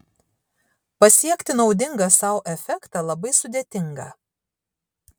pasiekti naudingą sau efektą labai sudėtinga